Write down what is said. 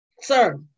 sir